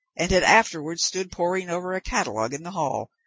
and had afterwards stood poring over a catalogue in the hall,